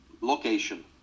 location